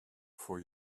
for